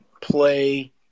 play